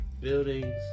buildings